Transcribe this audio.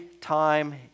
time